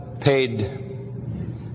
paid